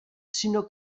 sinó